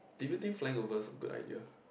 do you think flying over is a good idea